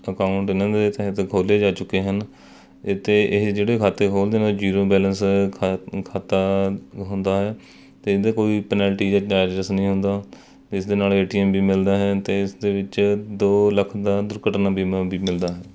account ਇਹਨਾਂ ਦੇ ਤਹਿਤ ਖੋਲ੍ਹੇ ਜਾ ਚੁੱਕੇ ਹਨ ਅਤੇ ਇਹ ਜਿਹੜੇ ਖਾਤੇ ਖੋਲਦੇ ਨੇ ਜੀਰੋ ਬੈਲੈਂਸ ਖਾ ਖਾਤਾ ਹੁੰਦਾ ਹੈ ਅਤੇ ਇਹਦਾ ਕੋਈ ਪਨੈਲਟੀ ਦੇ ਚਾਰਜਿਸ ਨਹੀਂ ਹੁੰਦਾ ਇਸ ਦੇ ਨਾਲ ਏ ਟੀ ਐੱਮ ਵੀ ਮਿਲਦਾ ਹੈ ਅਤੇ ਇਸਦੇ ਵਿੱਚ ਦੋ ਲੱਖ ਦਾ ਦੁਰਘਟਨਾ ਬੀਮਾ ਵੀ ਮਿਲਦਾ ਹੈ